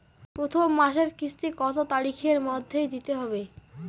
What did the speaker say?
প্রথম মাসের কিস্তি কত তারিখের মধ্যেই দিতে হবে?